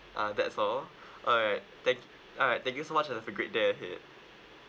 uh that's all alright thank~ alright thank you so much you have a great day ahead